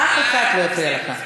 אף אחד לא הפריע לך.